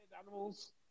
Animals